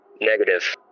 Negative